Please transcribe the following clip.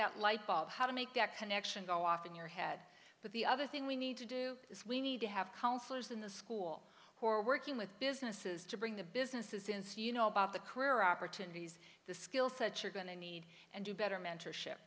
that lightbulb how to make that connection go off in your head but the other thing we need to do is we need to have counselors in the school who are working with businesses to bring the businesses since you know about the career opportunities the skill set you're going to need and do better mentorship